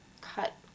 cut